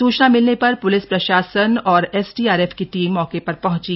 सूचना मिलने पर प्लिस प्रशासन और एसडीआरएफ की टीम मौके पर पहुंची